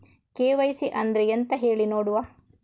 KYC ಅಂದ್ರೆ ಎಂತ ಹೇಳಿ ನೋಡುವ?